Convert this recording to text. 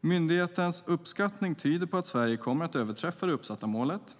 Myndighetens uppskattningar tyder på att Sverige kommer att överträffa det uppsatta målet.